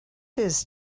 his